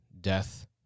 death